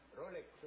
rolex